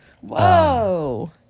Whoa